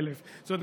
40,000. זאת אומרת,